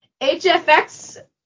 HFX